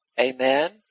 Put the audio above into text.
Amen